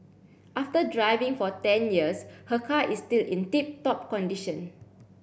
after driving for ten years her car is still in tip top condition